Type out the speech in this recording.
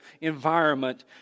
environment